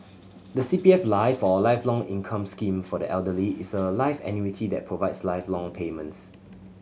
the C P F Life or Lifelong Income Scheme for the Elderly is a life annuity that provides lifelong payments